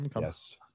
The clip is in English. yes